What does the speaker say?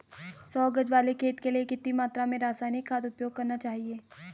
सौ गज वाले खेत के लिए कितनी मात्रा में रासायनिक खाद उपयोग करना चाहिए?